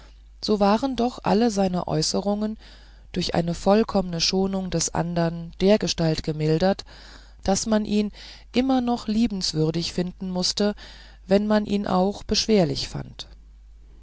so waren doch alle seine äußerungen durch eine vollkommene schonung des andern dergestalt gemildert daß man ihn immer noch liebenswürdig finden mußte wenn man ihn auch beschwerlich fand